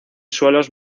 suelos